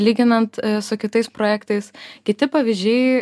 lyginant su kitais projektais kiti pavyzdžiai